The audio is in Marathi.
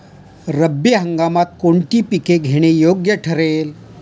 रब्बी हंगामात कोणती पिके घेणे योग्य ठरेल?